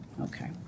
Okay